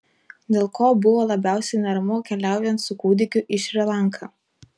dėl ko buvo labiausiai neramu keliaujant su kūdikiu į šri lanką